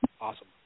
awesome